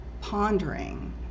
pondering